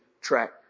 track